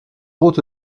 routes